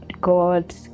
God